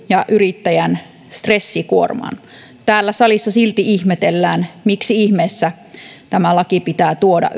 ja yrittäjän stressikuormaan täällä salissa silti ihmetellään miksi ihmeessä tämä laki pitää yleensä tuoda